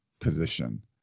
position